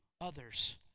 others